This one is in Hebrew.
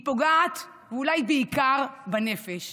היא פוגעת, אולי בעיקר, בנפש,